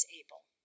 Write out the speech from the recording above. able